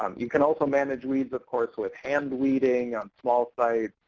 um you can also manage weeds, of course, with hand weeding on small sites.